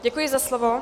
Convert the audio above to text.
Děkuji za slovo.